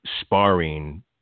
sparring